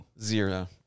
Zero